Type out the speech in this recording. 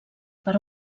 per